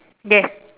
yes